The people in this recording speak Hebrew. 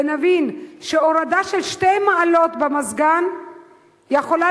ונבין שהורדה של 2 מעלות במזגן יכולה